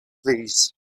fleas